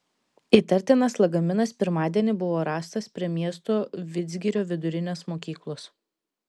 įtartinas lagaminas pirmadienį buvo rastas prie miesto vidzgirio vidurinės mokyklos